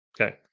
Okay